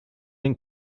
den